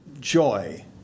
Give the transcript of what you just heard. Joy